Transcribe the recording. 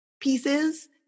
pieces